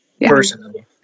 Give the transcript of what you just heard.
personally